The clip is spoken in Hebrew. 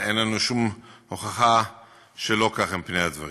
אין לנו שום הוכחה שלא כך הם פני הדברים.